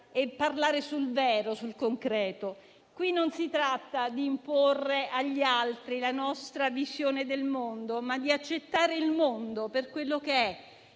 di ciò che è vero e concreto. Qui non si tratta di imporre agli altri la nostra visione del mondo, ma di accettare il mondo per quello che è.